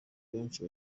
benshi